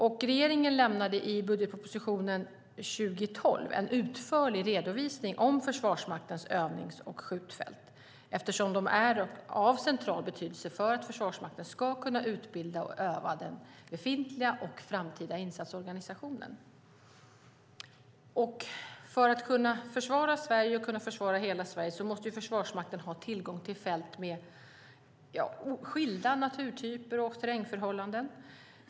I budgetpropositionen 2012 lämnade regeringen en utförlig redovisning av Försvarsmaktens övnings och skjutfält eftersom de är av central betydelse för att Försvarsmakten ska kunna utbilda och öva den befintliga och framtida insatsorganisationen. För att kunna försvara hela Sverige måste Försvarsmakten ha tillgång till fält med skilda naturtyper och terrängförhållanden.